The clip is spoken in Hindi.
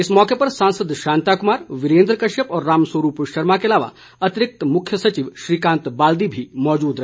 इस मौके सांसद शांता कुमार वीरेन्द्र कश्यप और राम स्वरूप शर्मा के अलावा अतिरिक्त मुख्य सचिव श्रीकांत बाल्दी भी मौजूद रहे